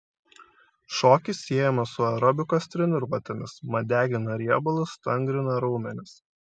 šokis siejamas su aerobikos treniruotėmis mat degina riebalus stangrina raumenis